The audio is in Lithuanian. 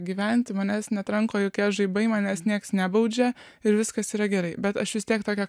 gyventi manęs netranko jokie žaibai manęs niekas nebaudžia ir viskas yra gerai bet aš vis tiek tokia